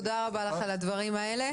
תודה רבה לך על הדברים האלה.